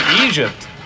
Egypt